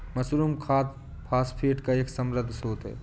mushroom खाद phosphate का एक समृद्ध स्रोत है